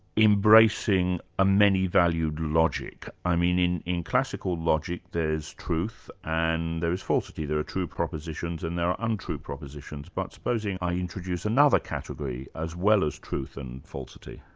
embracing a many-valued logic. ah in in classical logic there's truth, and there's falsity. there are true propositions and there are untrue propositions, but supposing i introduce another category as well as truth and falsity?